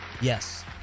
Yes